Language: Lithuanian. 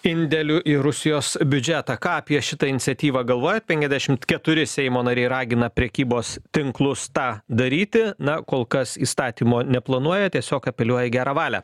indėliu į rusijos biudžetą ką apie šitą iniciatyvą galvoja penkiasdešimt keturi seimo nariai ragina prekybos tinklus tą daryti na kol kas įstatymo neplanuoja tiesiog apeliuoja į gerą valią